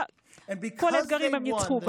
כנגד כל הסיכויים הם ניצחו.